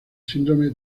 síndrome